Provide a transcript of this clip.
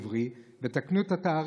תנו כבוד לתאריך וללוח העברי ותקנו את התאריך